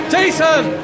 Jason